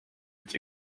its